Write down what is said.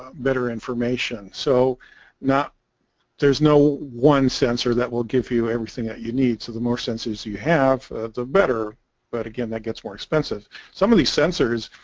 better information so not there's no one sensor that will give you everything that you need to the more senses you have the better but again that gets more expensive some of these sensors